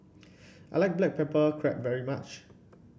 I like Black Pepper Crab very much